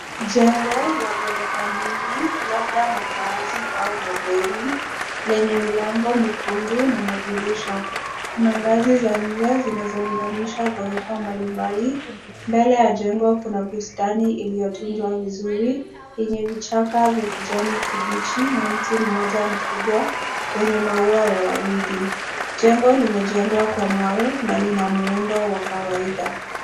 Jengo la ghorofa nyingi labda makaazi au mabweni lenye milango myekundu na madirisha. Kuna ngazi za nje zinazounganisha ghorofa mbalimbali. Mbele ya jengo kuna bustani iliyotunzwa vizuri yenye vichaka vya kijani kibichi na mti mmoja mkubwa wenye maua ya waridi. Jengo limejengwa kwa mawe na lina muundo wa kawaida.